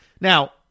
Now